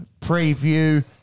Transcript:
preview